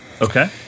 okay